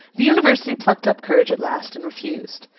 the university plucked up courage at last, and refused.